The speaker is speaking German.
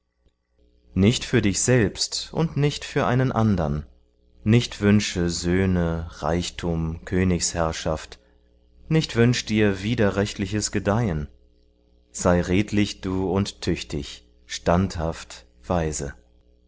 nicht für dich selbst und nicht für einen andern nicht wünsche söhne reichtum königsherrschaft nicht wünsch dir widerrechtliches gedeihen sei redlich du und tüchtig standhaft weise